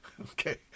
Okay